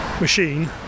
machine